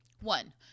One